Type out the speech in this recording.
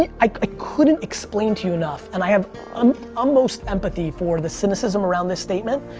and i ah couldn't explain to you enough, and i have um almost empathy for the cynicism around this statement,